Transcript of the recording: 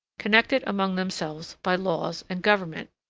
connected among themselves by laws and government,